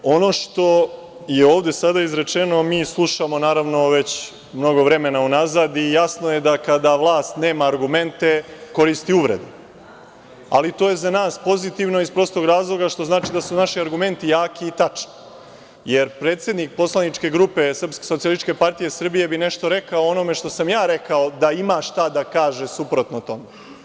Ono što je ovde sada izrečeno, mi slušamo, naravno, već mnogo vremena unazad, i jasno je da kada vlast nema argumente koristi uvrede ali to je za nas pozitivno iz prostog razloga što znači da su naši argumenti jaki i tačni, jer predsednik poslaničke grupe SPS bi nešto rekao o onome što sam ja rekao, da ima šta da kaže suprotno tome.